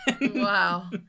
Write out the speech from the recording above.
wow